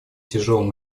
тяжелым